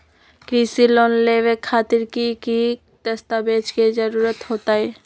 कृषि लोन लेबे खातिर की की दस्तावेज के जरूरत होतई?